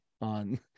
on